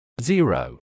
Zero